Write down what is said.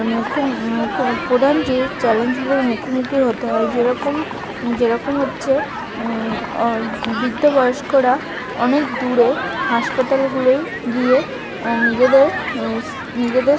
মুখ্য মুখ্য প্রধান যে চ্যালেঞ্জগুলোর মুখোমুখি হতে হয় যেরকম যেরকম হচ্ছে বৃদ্ধ বয়স্করা অনেক দূরে হাসপাতালগুলোয় গিয়ে নিজেদের নিজেদের